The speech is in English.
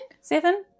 seven